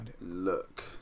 look